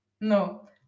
no